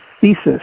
thesis